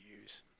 use